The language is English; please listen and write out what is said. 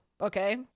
Okay